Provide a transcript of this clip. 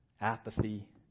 apathy